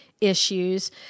issues